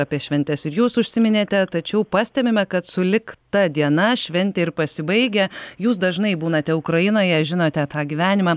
apie šventes ir jūs užsiminėte tačiau pastebime kad sulig ta diena šventė ir pasibaigia jūs dažnai būnate ukrainoje žinote tą gyvenimą